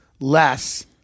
less